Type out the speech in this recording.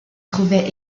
trouvaient